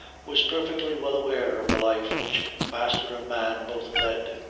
was perfectly well aware of the life which master and man both led.